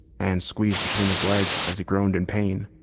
and squeezed between his legs as he groaned in pain.